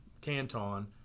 canton